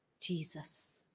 Jesus